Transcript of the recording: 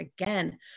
again